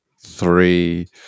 three